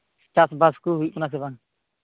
ᱪᱟᱥᱵᱟᱥ ᱠᱚ ᱦᱩᱭᱩᱜ ᱠᱟᱱᱟ ᱥᱮ ᱵᱟᱝ